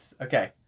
Okay